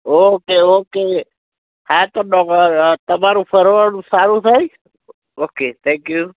okay okay હા તો તમારું ફરવાનું સારું થાય ઓકે થેન્ક યુ